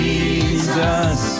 Jesus